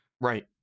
right